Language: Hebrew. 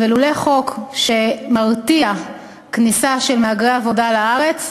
וללא חוק שמרתיע כניסה של מהגרי עבודה לארץ,